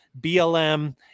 BLM